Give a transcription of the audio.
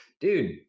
Dude